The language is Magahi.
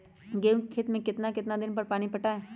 गेंहू के खेत मे कितना कितना दिन पर पानी पटाये?